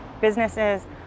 businesses